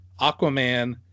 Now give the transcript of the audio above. Aquaman